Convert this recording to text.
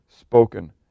spoken